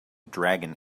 dragon